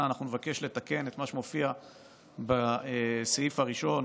אנחנו נבקש לתקן את מה שמופיע בסעיף הראשון,